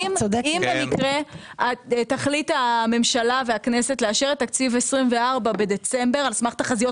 אם במקרה תחליט הממשלה והכנסת לאשר את תקציב 24' בדצמבר על סמך תחזיות